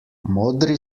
modri